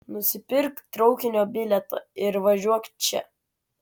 nusipirk traukinio bilietą ir važiuok čia